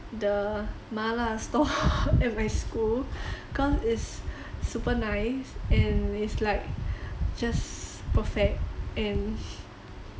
the mala store at my school cause it's super nice and it's like just perfect and